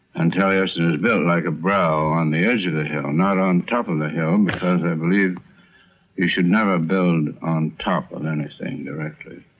and taliesin is built like a brow on the edge of a hill, not on top of a hill because i believe you should never build on top of anything directly.